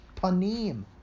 Panim